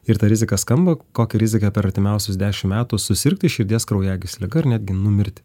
ir ta rizika skamba kokia rizika per artimiausius dešimt metų susirgti širdies kraujagyslių liga ar netgi numirti